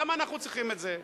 למה אנחנו צריכים את זה.